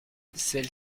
celle